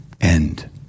end